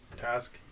task